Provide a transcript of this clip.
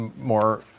more